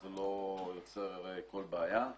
זה לא יוצר כל בעיה.